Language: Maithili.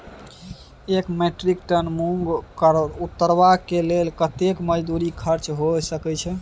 एक मेट्रिक टन मूंग उतरबा के लेल कतेक मजदूरी खर्च होय सकेत छै?